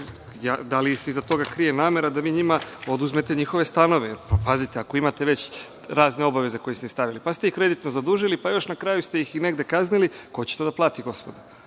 da li se iza toga krije namera da vi njima oduzmete njihove stanove? Pazite, ako imate već razne obaveze koje ste stavili, pa ste ih kreditno zadužili, pa još na kraju ste ih negde i kaznili, ko će to da plati gospodo?